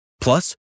Plus